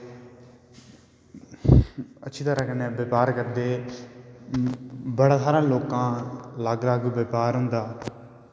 अच्छी तरां कन्नै व्यापहार करदे बड़े सारे लोकें दा अलग अलग व्यापार होंदा